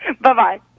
Bye-bye